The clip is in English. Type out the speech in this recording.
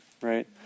right